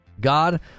God